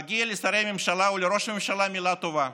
מגיע לשרי הממשלה ולראש הממשלה מילה טובה.